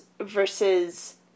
versus